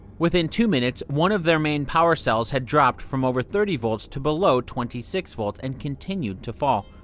within two minutes, one of their main power cells had dropped from over thirty volts to below twenty six volts and continued to fall.